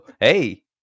Hey